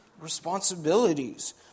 responsibilities